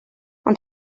ond